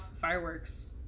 fireworks